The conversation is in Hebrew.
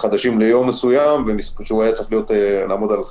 חדשים ביום ומקדם הדבקה